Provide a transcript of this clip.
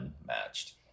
unmatched